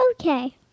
Okay